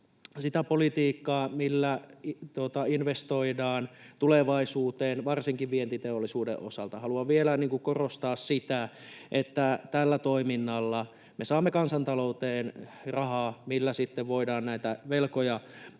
sitä politiikkaa, millä investoidaan tulevaisuuteen varsinkin vientiteollisuuden osalta. Haluan vielä korostaa sitä, että tällä toiminnalla me saamme kansantalouteen rahaa, millä sitten voidaan näitä velkoja